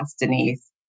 Denise